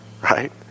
Right